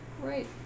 right